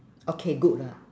okay good lah